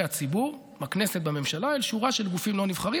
הציבור בכנסת ובממשלה אל שורה של גופים לא נבחרים,